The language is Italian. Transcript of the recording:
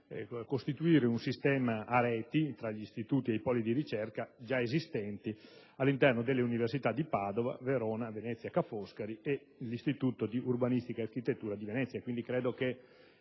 di costituire un sistema a rete tra gli istituti e i poli di ricerca già esistenti all'interno delle Università di Padova, Verona, Venezia "Ca' Foscari" e l'Istituto di architettura e urbanistica di Venezia.